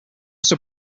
also